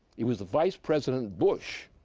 it was the vice president bush,